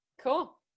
Cool